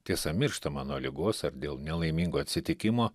tiesa mirštama nuo ligos ar dėl nelaimingo atsitikimo